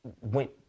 went